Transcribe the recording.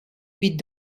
wie